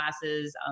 classes